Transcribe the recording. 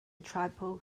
tribal